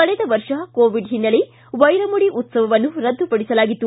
ಕಳೆದ ವರ್ಷ ಕೋವಿಡ್ ಹಿನ್ನೆಲೆ ವೈರಮುಡಿ ಉತ್ಲವವನ್ನು ರದ್ದು ಪಡಿಸಲಾಗಿತ್ತು